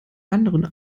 anderen